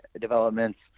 developments